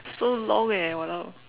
so long eh !walao!